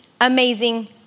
Amazing